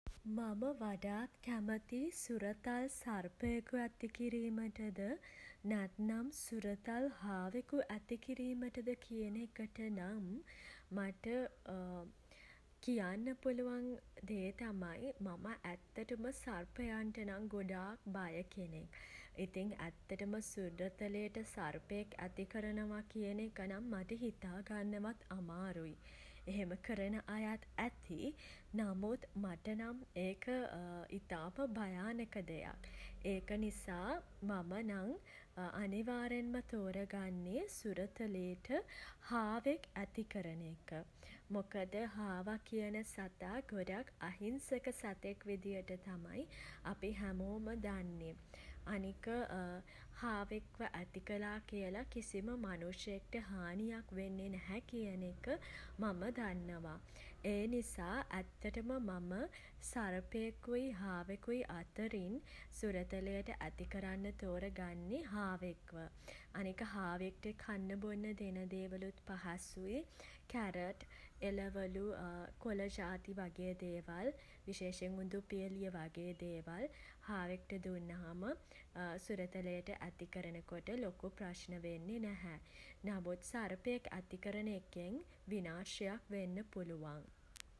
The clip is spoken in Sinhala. මම වඩාත් කැමති සුරතල් සර්පයෙකු ඇතිකිරීමටද නැත්නම් සුරතල් හාවෙකු ඇතිකිරීමටද කියන එකට නම් මට කියන්න පුළුවන් දේ තමයි මම ඇත්තටම සර්පයන්ට නම් ගොඩාක් බය කෙනෙක්. ඉතින් ඇත්තටම සුරතලේට සර්පයෙක් ඇති කරනවා කියන එක නම් මට හිතාගන්නවත් අමාරුයි. එහෙම කරන අයත් ඇති. නමුත් මට නම් ඒක ඉතාම භයානක දෙයක්. එක නිසා මම නම් අනිවාරෙන්ම තෝරගන්නේ සුරතලේට හාවෙක් ඇති කරන එක. මොකද හාවා කියන සතා ගොඩක් අහිංසක සතෙක් විදිහට තමයි අපි හැමෝම දන්නේ. අනික හාවෙක්ව ඇති කළා කියලා කිසිම මනුස්සයෙක්ට හානියක් වෙන්නේ නැහැ කියන එක මම දන්නවා. ඒ නිසා ඇත්තටම මම සර්පයෙකුයි හාවෙකුයි අතරින් සුරතලයට ඇති කරන්න තෝරගන්නේ හාවෙක්ව. අනික හාවෙක්ට කන්න බොන්න දෙන දේවලුත් පහසුයි. කැරට් එළවළු කොළ ජාති වගේ දේවල් විශේෂයෙන් උඳුපියලිය වගේ දේවල් හාවෙක්ට දුන්නාම සුරතලයට ඇති කරන කොට ලොකු ප්‍රශ්න වෙන්නෙ නැහැ. නමුත් සර්පයෙක් ඇති කරන එකෙන් විනාශයක් වෙන්න පුළුවන්.